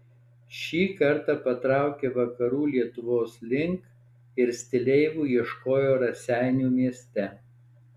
šį kartą patraukė vakarų lietuvos link ir stileivų ieškojo raseinių mieste